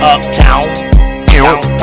Uptown